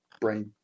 brain